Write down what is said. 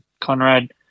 Conrad